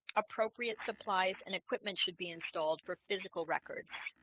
appropriate supplies and equipment should be installed for physical records.